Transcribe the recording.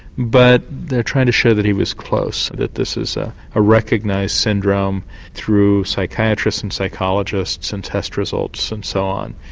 but they trying to show that he was close, that this is a ah recognised syndrome through psychiatrists and psychologists and test results and so on.